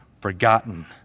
forgotten